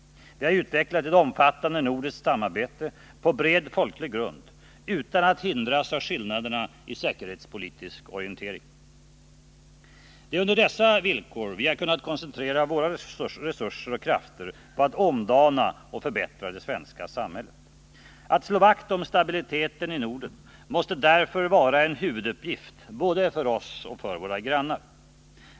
Vi har utvecklat ett omfattande nordiskt samarbete på bred folklig grund utan att hindras av skillnaderna i säkerhetspolitisk orientering. Det är under dessa villkor som vi kunnat koncentrera våra krafter på att omdana och förbättra det svenska samhället. Att slå vakt om stabiliteten i Norden måste därför vara en huvuduppgift för både oss och våra grannar.